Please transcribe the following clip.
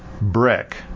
brick